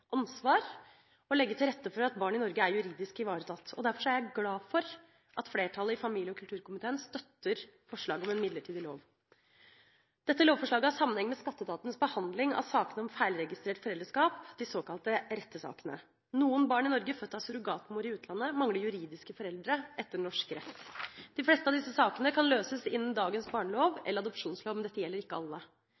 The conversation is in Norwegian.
flertallet i familie- og kulturkomiteen støtter forslaget om en midlertidig lov. Dette lovforslaget har sammenheng med skatteetatens behandling av sakene om feilregistrert foreldreskap – de såkalte rettesakene. Noen barn i Norge født av surrogatmor i utlandet mangler juridiske foreldre etter norsk rett. De fleste av disse sakene kan løses innenfor dagens barnelov